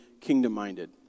kingdom-minded